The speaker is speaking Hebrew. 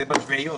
זה בשביעיות...